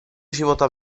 života